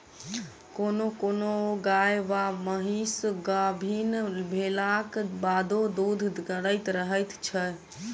कोनो कोनो गाय वा महीस गाभीन भेलाक बादो दूध करैत रहैत छै